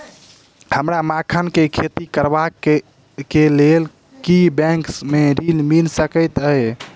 हमरा मखान केँ खेती करबाक केँ लेल की बैंक मै ऋण मिल सकैत अई?